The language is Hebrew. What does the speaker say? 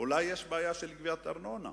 אולי יש בעיה של גביית ארנונה.